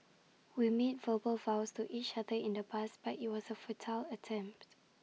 we made verbal vows to each other in the past but IT was A futile attempt